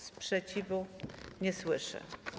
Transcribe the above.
Sprzeciwu nie słyszę.